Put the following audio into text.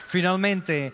Finalmente